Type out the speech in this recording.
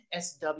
sw